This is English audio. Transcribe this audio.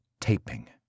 taping